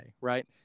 Right